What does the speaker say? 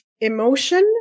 emotion